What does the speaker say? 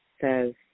says